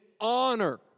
honor